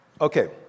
Okay